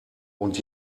und